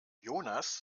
jonas